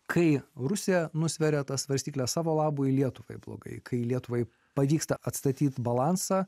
kai rusija nusveria tas svarstykles savo labui lietuvai blogai kai lietuvai pavyksta atstatyti balansą